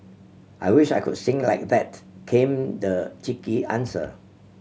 I wish I could sing like that came the cheeky answer